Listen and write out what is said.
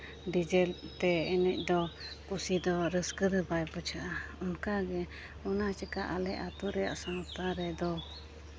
diesel ᱛᱮ ᱮᱱᱮᱡ ᱫᱚ ᱠᱩᱥᱤ ᱫᱚ ᱨᱟᱹᱥᱠᱟᱹ ᱫᱚ ᱵᱟᱭ ᱵᱩᱡᱷᱟᱹᱜᱼᱟ ᱚᱱᱠᱟᱜᱮ ᱚᱱᱟ ᱪᱮᱠᱟ ᱟᱞᱮ ᱟᱹᱛᱩ ᱨᱮᱭᱟᱜ ᱥᱟᱶᱛᱟ ᱨᱮᱫᱚ